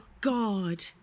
god